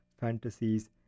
fantasies